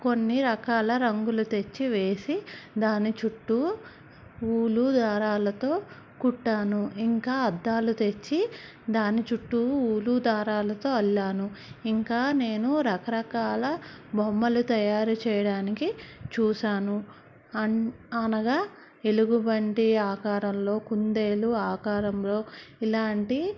కొన్ని రకాల రంగులు తెచ్చి వేసి దాని చుట్టూ ఊలు దారాలతో కుట్టాను ఇంకా అద్దాలు తెచ్చి దాని చుట్టూ ఊలు దారాలతో అల్లాను ఇంకా నేను రకరకాల బొమ్మలు తయారు చేయడానికి చూసాను అ అనగా ఎలుగు బంటి ఆకారంలో కుందేలు ఆకారంలో ఇలాంటి